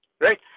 right